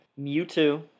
Mewtwo